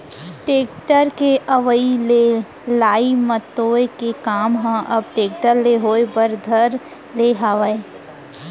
tractor के अवई ले लई मतोय के काम ह अब टेक्टर ले होय बर धर ले हावय